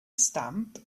stamp